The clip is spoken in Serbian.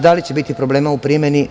Da li će biti problema u primeni?